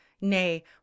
Nay